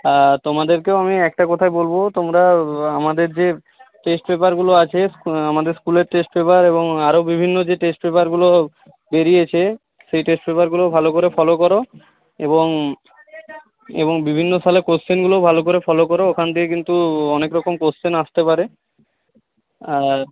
আর তোমাদেরকেও আমি একটা কথাই বলবো তোমরা আমাদের যে টেস্ট পেপারগুলো আছে আমাদের স্কুলের টেস্ট পেপার এবং আরো বিভিন্ন যে টেস্ট পেপারগুলো বেরিয়েছে সেই টেস্ট পেপারগুলো ভালো করে ফলো করো এবং বিভিন্ন সালের কোয়েশ্চেনগুলোও ভালো করে ফলো করো ওখান থেকে কিন্তু অনেক রকম কোয়েশ্চেন আসতে পারে আর